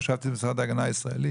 חשבתי משרד ההגנה הישראלי.